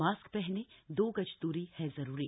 mask पहनें दो गज दूरी है जरूरी